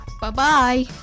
Bye-bye